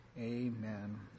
amen